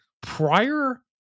Prior